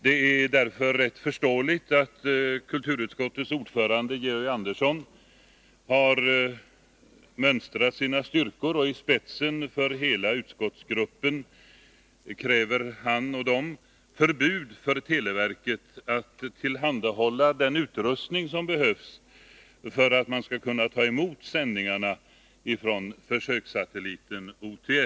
Det är därför förståeligt att kulturutskottets ordförande Georg Andersson har mönstrat sina styrkor och i spetsen för hela utskottsgruppen kräver förbud för televerket att tillhandahålla den utrustning som behövs för att man skall kunna ta emot sändningarna från försökssatelliten OTS.